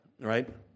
right